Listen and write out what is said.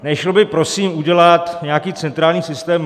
Nešlo by prosím udělat nějaký centrální systém?